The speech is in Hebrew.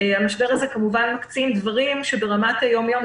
המשבר הזה כמובן מקצין דברים שברמת היום-יום,